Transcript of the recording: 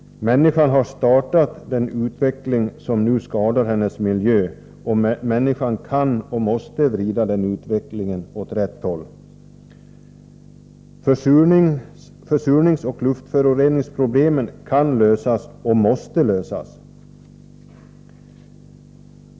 Människan har startat den utveckling som nu skadar hennes miljö, och människan kan och måste vrida den utvecklingen åt rätt håll. Försurningsoch luftföroreningsproblemen kan lösas och måste lösas.